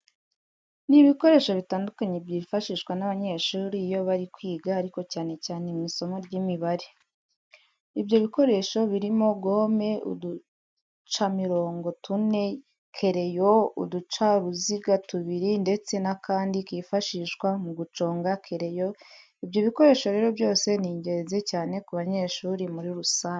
Ni ibikoresho bitandukanye byifashishwa n'abanyeshuri iyo bari kwiga ariko cyane cyane mu isimo ry'Imibare. Ibyo bikoresho birimo gome, uducamirongo tune, kereyo, uducaruziga tubiri ndetse n'akandi kifashishwa mu guconga kereyo. Ibyo bikoresho rero byose ni ingenzi cyane ku banyeshuri muri rusange.